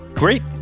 great.